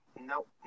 Nope